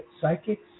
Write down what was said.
Psychics